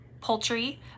poultry